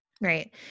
Right